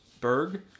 Berg